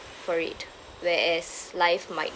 for it whereas life might